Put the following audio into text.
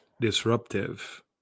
disruptive